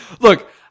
look